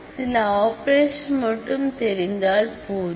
சில ஆப்பரேஷன் மட்டும் தெரிந்தால் போதும்